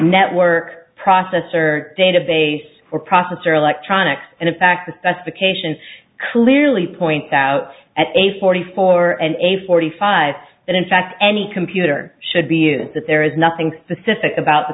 network processor database or processor electronics and in fact the specification clearly points out at a forty four and a forty five that in fact any computer should be is that there is nothing specific about the